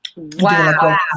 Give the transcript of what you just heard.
wow